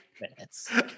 Minutes